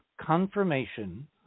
confirmation